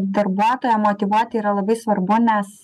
darbuotoją motyvuoti yra labai svarbu nes